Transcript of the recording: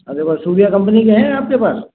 अच्छा वो सूर्या कंपनी के हैं आपके पास